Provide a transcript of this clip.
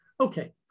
Okay